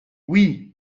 oui